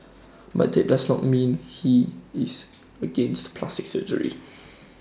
but that does not mean he is against plastic surgery